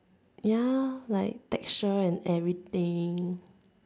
ya like texture and everything